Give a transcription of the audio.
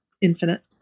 infinite